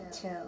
chill